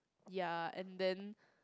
ya and then